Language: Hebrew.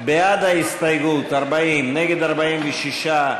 בעד ההסתייגות, 40, נגד, 46,